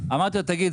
אמרתי לו: תגיד,